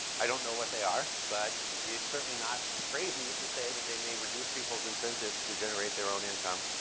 i don't know what they are. but it's certainly not crazy to say that they may reduce people's incentives to generate their own income.